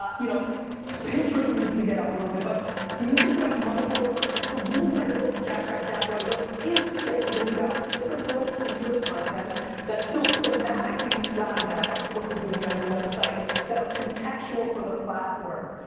um you know pinterest needs to get up a little bit, but you need to put out micro contents. the reason i wrote jab, jab, jab, right hook is to get you to put out different little pieces of content that still thematically ladder back up to what you're doing on your website that are contextual for the platform.